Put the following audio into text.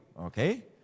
Okay